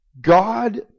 God